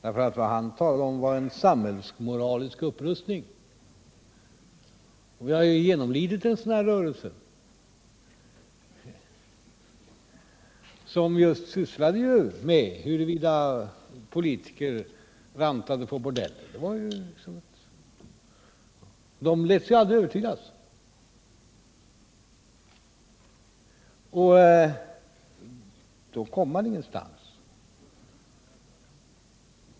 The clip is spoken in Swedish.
Vad han talade om var en samhällsmoralisk upprustning, men vi har ju genomlidit en sådan rörelse, som sysslade just med frågan om huruvida politiker rantade på bordeller. Företrädarna för den rörelsen lät sig aldrig övertygas, och då kommer man ingenstans.